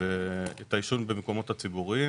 את העישון במקומות הציבוריים.